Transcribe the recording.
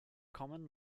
common